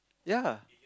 ya